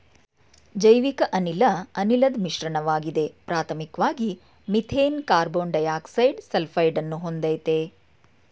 ಜೈವಿಕಅನಿಲ ಅನಿಲದ್ ಮಿಶ್ರಣವಾಗಿದೆ ಪ್ರಾಥಮಿಕ್ವಾಗಿ ಮೀಥೇನ್ ಕಾರ್ಬನ್ಡೈಯಾಕ್ಸೈಡ ಸಲ್ಫೈಡನ್ನು ಹೊಂದಯ್ತೆ